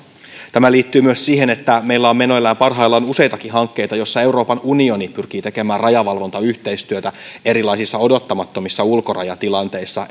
tämä liittyy myös siihen että meillä on meneillään parhaillaan useitakin hankkeita joissa euroopan unioni pyrkii tekemään rajavalvontayhteistyötä erilaisissa odottamattomissa ulkorajatilanteissa